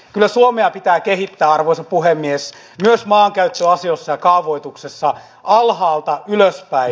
kyllä suomea pitää kehittää arvoisa puhemies myös maankäyttöasioissa ja kaavoituksessa alhaalta ylöspäin